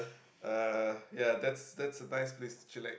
uh ya that's that's a nice place to chillax